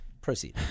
Proceed